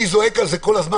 אני זועק על זה כל הזמן.